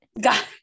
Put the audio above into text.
got